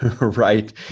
right